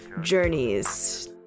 journeys